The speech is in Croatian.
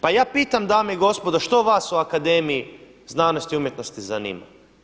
Pa ja pitam dame i gospodo što vas u Akademiji znanosti i umjetnosti zanima?